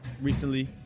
recently